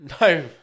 No